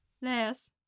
Yes